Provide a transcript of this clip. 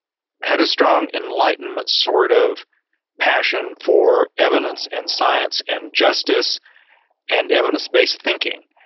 had a strong enlightenment sort of passion for evidence and science and justice and evidence-based thinking.